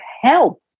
help